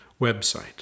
website